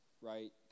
right